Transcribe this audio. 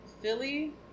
Philly